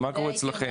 מה קורה אצלכם?